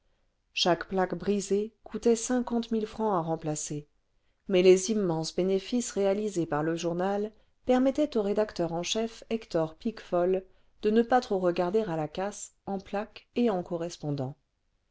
chaque plaque brisée contait cinquante mille francs à remplacer mais les immenses bénéfices réalisés par le journal permettaient au rédacteur en chef hector piquefol de ne pas trop regarder à la casse en plaques et en correspondants